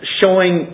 showing